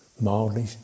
mildly